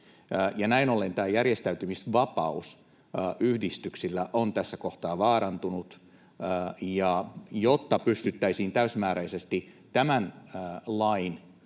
näin ollen tämä järjestäytymisvapaus yhdistyksillä on tässä kohtaa vaarantunut. Ja jotta pystyttäisiin täysimääräisesti tämän lain